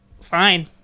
fine